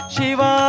Shiva